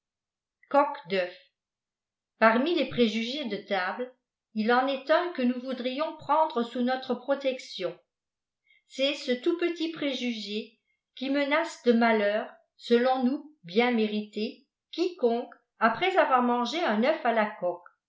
d'cbuf parmi les préjugés de table il en est un que nous voudrions prendre sous notre protection c'est ce tout petit préjugé qui menace de malheurs selon nous bien mérités quiconque après avoir mangé un œuf à la coque